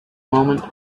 moment